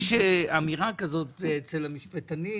יש אמירה כזאת אצל המשפטנים,